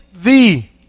Thee